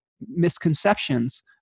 misconceptions